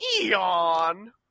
eon